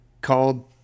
called